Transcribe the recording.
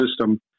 system